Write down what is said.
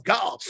God